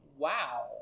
Wow